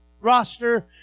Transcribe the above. roster